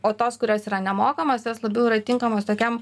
o tos kurias yra nemokamas nes labiau yra tinkamos tokiam